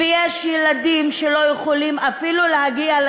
ויש ילדים שלא יכולים להגיע אפילו